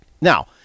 now